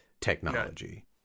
technology